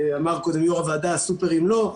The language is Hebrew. אמר קודם יושב-ראש הוועדה שהסופרים לא נפגעו.